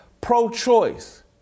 pro-choice